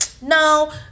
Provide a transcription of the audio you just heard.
No